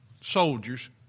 soldiers